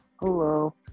Hello